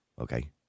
okay